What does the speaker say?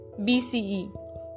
BCE